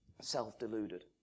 self-deluded